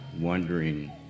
wondering